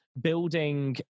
building